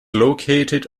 located